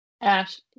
Ash